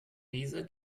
dieser